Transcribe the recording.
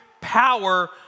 power